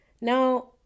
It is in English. now